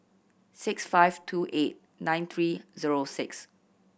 six five two eight nine three zero six